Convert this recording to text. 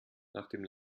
nachdem